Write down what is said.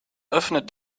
öffnet